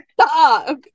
stop